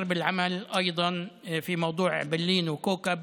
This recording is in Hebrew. נמשיך לפעול גם בנושא אעבלין וכאוכב,